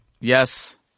Yes